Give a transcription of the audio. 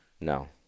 No